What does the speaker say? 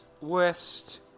west